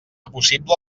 possible